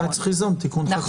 אולי צריך ליזום תיקון חקיקה.